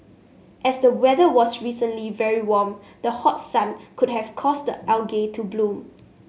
as the weather was recently very warm the hot sun could have caused the algae to bloom